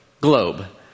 globe